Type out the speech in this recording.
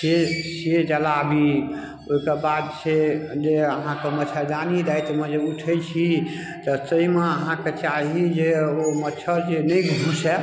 से से जलाबी ओइकऽ बाद छै जे अहाँके मच्छरदानी रातिमे जे उठै छी तऽ ताहिमे अहाँके चाही जे ओ मच्छर जे नहि घुसै